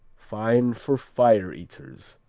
fine for fire-eaters.